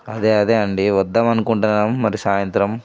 అదే అదే అండి వద్దామనుకుంటున్నాం మరి సాయింత్రం